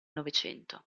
novecento